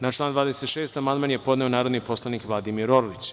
Na član 26. amandman je podneo narodni poslanik Vladimir Orlić.